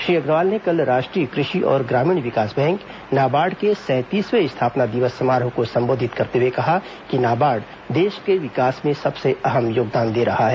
श्री अग्रवाल ने कल राष्ट्रीय कृषि और ग्रामीण विकास बैंक नाबार्ड के सैंतीसवें स्थापना दिवस समारोह को संबोधित करते हुए कहा कि नाबार्ड देश के विकास में सबसे अहम योगदान दे रहा है